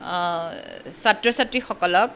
ছাত্ৰ ছাত্ৰীসকলক